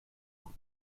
بود